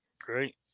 Great